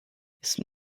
ist